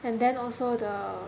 and then also the